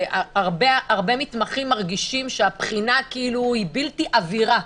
והרבה מתמחים מרגישים שהבחינה היא בלתי עבירה.